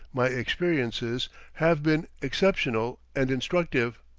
my experiences have been exceptional and instructive,